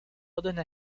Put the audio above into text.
ordonne